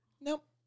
Nope